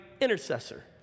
intercessor